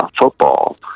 football